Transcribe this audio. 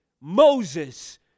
Moses